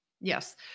yes